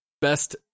Best